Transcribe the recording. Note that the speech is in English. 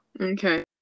Okay